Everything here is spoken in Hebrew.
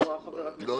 מי